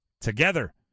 together